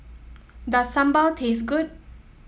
does Sambal taste good